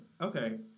Okay